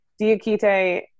Diakite